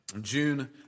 June